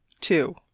Two